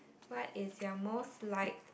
what is your most like